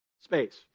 space